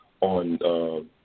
on